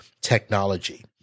technology